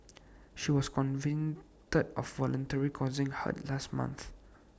she was convicted of voluntarily causing hurt last month